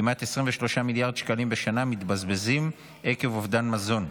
כמעט 23 מיליארד שקלים בשנה מתבזבזים עקב אובדן מזון.